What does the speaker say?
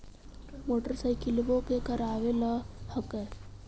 मोटरसाइकिलवो के करावे ल हेकै?